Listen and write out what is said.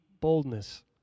boldness